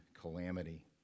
calamity